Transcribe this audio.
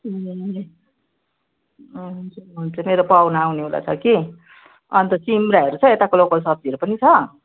ए हुन्छ हुन्छ मेरो पाहुना आउनेवाला छ कि अन्त सिमरायोहरू छ यताको लोकल सब्जीहरू पनि छ